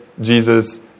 Jesus